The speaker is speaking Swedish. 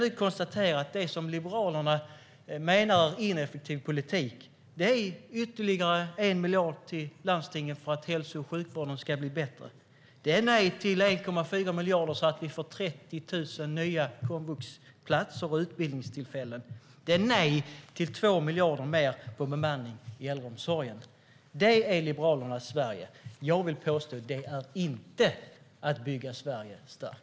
Det som Liberalerna menar är ineffektiv politik är ytterligare 1 miljard till landstingen för att hälso och sjukvården ska bli bättre. Det är nej till 1,4 miljarder så att vi får 30 000 nya komvuxplatser och utbildningstillfällen. Det är nej till 2 miljarder mer till bemanning i äldreomsorgen. Det är Liberalernas Sverige. Jag vill påstå att det inte är att bygga Sverige starkt.